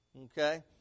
okay